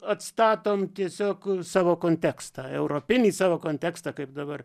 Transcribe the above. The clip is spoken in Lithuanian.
atstatom tiesiog savo kontekstą europinį savo kontekstą kaip dabar